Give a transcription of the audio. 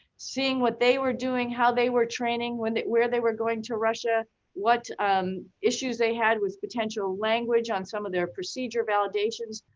seeing what they were doing, how they were training, were, they were going to russia, what issues they had with potential language on some of their procedure validations.